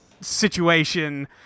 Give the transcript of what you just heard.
Situation